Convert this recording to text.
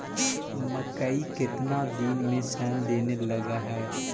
मकइ केतना दिन में शन देने लग है?